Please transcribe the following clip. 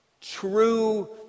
true